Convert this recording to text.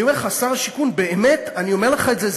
אני אומר לך, שר השיכון, באמת אני אומר לך את זה.